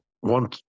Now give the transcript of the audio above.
one